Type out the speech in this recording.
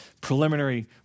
preliminary